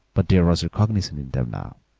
but there was recognition in them now,